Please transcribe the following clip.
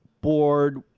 board